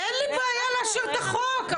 אין לי בעיה להשאיר את החוק.